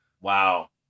wow